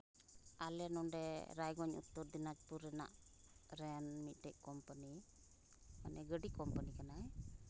ᱟᱞᱮ ᱱᱚᱸᱰᱮ ᱨᱟᱭᱜᱚᱸᱡᱽ ᱩᱛᱛᱚᱨ ᱫᱤᱟᱡᱽᱯᱩᱨ ᱨᱮᱱᱟᱜ ᱨᱮᱱ ᱢᱤᱫᱴᱮᱱ ᱠᱳᱢᱯᱟᱱᱤ ᱢᱟᱱᱮ ᱜᱟᱹᱰᱤ ᱠᱳᱢᱯᱟᱱᱤ ᱠᱟᱱᱟᱭ